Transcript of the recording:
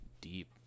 deep